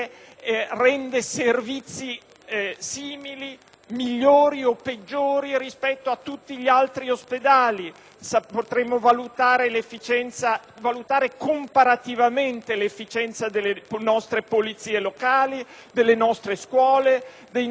migliori o peggiori rispetto a tutti gli altri ospedali; potremo valutare comparativamente l'efficienza delle nostre polizie locali, delle nostre scuole, dei nostri servizi di formazione professionale e così via.